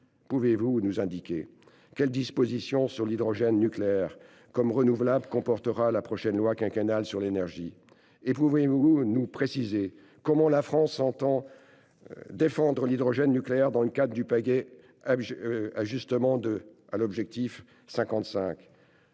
pouvez-vous nous indiquer quelles dispositions sur l'hydrogène nucléaire ou renouvelable comportera la prochaine loi quinquennale de programmation sur l'énergie et le climat ? Pouvez-vous également nous préciser comment la France entend défendre l'hydrogène nucléaire dans le cadre du paquet Ajustement à l'objectif 55 ?